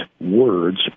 words